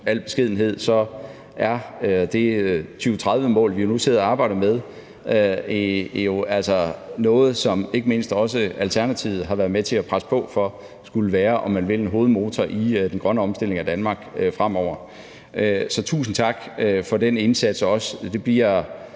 al beskedenhed er det 2030-mål, vi nu sidder og arbejder med, jo altså noget, som ikke mindst også Alternativet har været med til at presse på for skulle være, om man vil, en hovedmotor i den grønne omstilling af Danmark fremover. Så tusind tak for den indsats også. Det bliver